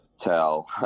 tell